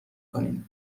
کنین